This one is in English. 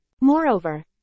Moreover